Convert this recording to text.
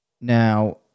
Now